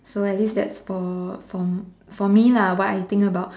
so at least that's for that's from me lah what I think about